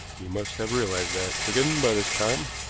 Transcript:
you must have realized that, wigan, by this time.